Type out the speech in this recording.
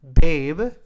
Babe